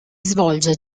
svolge